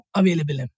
available